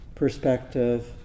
perspective